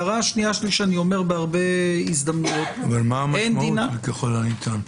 מה המשמעות של "ככל הניתן"?